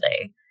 today